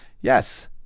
Yes